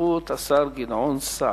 גדעון סער.